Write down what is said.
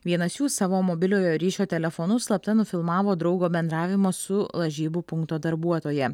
vienas jų savo mobiliojo ryšio telefonu slapta nufilmavo draugo bendravimą su lažybų punkto darbuotoja